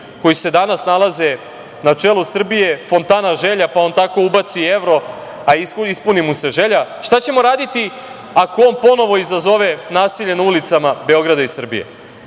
koji se danas nalaze na čelu Srbije fontana želja, pa on tako ubaci evro, a ispuni mu se želja, šta ćemo raditi ako on ponovo izazove nasilje na ulicama Beograda i Srbije?